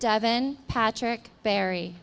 devon patrick berry